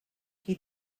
qui